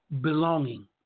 belonging